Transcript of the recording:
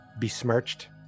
besmirched